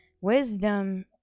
Wisdom